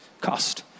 cost